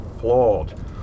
flawed